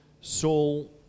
Saul